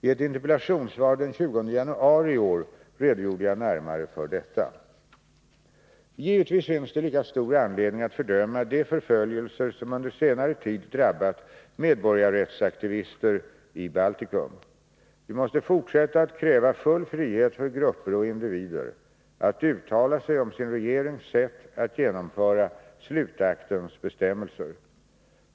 I ett interpellationssvar den 20 januari i år redogjorde jag närmare för detta. Givetvis finns det lika stor anledning att fördöma de förföljelser som under senare tid drabbat medborgarrättsaktivister i Baltikum. Vi måste fortsätta att kräva full frihet för grupper och individer att uttala sig om sin regerings sätt att genomföra slutaktens bestämmelser.